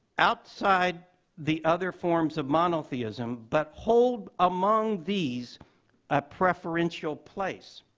outside the other forms of monotheism, but hold among these a preferential place.